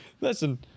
Listen